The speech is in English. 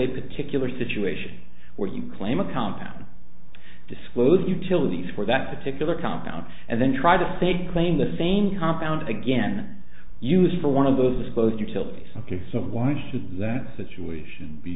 a particular situation where you claim a compound disclose utilities for that particular compound and then try to say claim the same compound again used for one of those closed utilities ok so why should that situation be